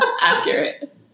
accurate